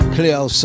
Cleo